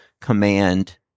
command